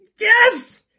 Yes